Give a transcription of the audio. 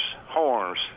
horns